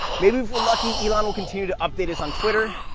maybe if we're lucky elon will continue to update us on twitter,